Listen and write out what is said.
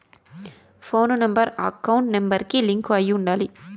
పోను number account number కి link అయ్యి ఉండాలి